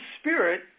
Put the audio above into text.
Spirit